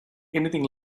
anything